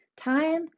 time